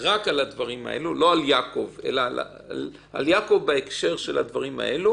על יעקב, אתם פונים רק בהקשר של הדברים שקבעתם.